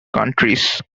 counties